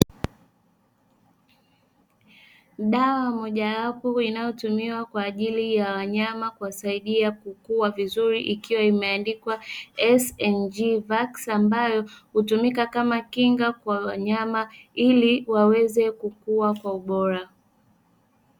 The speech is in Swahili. Dawa moja wapo inayo tumiwa kwa ajilia ya wanyama, kuwasaidia kukua vizuri ikiwa imeandikwa SMG VAX, ambayo hutumika kama kinga kwa wanyama, ili waweze kukua kwa ubora.